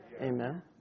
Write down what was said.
Amen